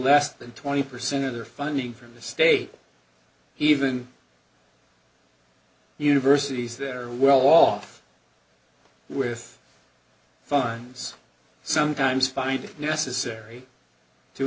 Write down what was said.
less than twenty percent of their funding from the state he even universities they're well off with funds sometimes find it necessary to